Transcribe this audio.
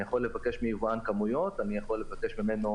אני יכול לבקש מיבואן כמויות, אני יכול לבקש ממנו